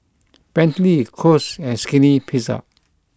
Bentley Kose and Skinny Pizza